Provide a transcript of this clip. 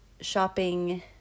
shopping